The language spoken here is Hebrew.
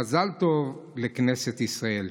מזל טוב לכנסת ישראל.